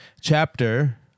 Chapter